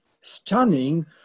stunning